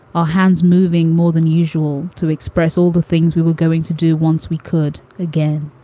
our hands moving more than usual to express all the things we were going to do once we could. again,